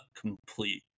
complete